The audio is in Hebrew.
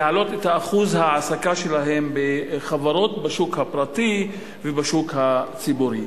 להעלות את אחוז ההעסקה שלהם בחברות בשוק הפרטי ובשוק הציבורי.